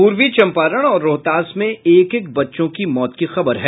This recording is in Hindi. पूर्वी चम्पारण और रोहतास में एक एक बच्चों की मौत की खबर है